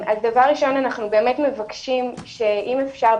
אז דבר ראשון אנחנו באמת מבקשים שאם אפשר,